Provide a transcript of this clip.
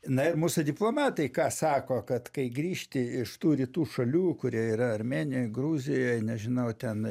na ir mūsų diplomatai ką sako kad kai grįžti iš tų rytų šalių kurie yra armėnijoj gruzijoj nežinau ten